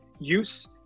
use